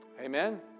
Amen